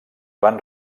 van